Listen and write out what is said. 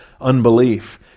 unbelief